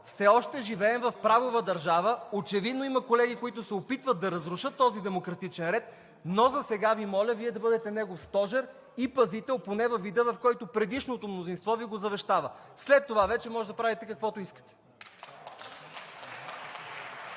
все още живеем в правова държава. Очевидно има колеги, които се опитват да разрушат този демократичен ред. Засега Ви моля Вие да бъдете негов стожер и пазител поне във вида, в който предишното мнозинство Ви го завещава, а след това вече може вече да правите каквото си искате.